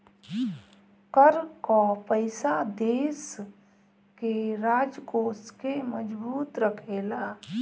कर कअ पईसा देस के राजकोष के मजबूत रखेला